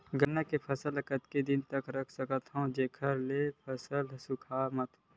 गन्ना के फसल ल कतेक दिन तक रख सकथव जेखर से फसल सूखाय मत?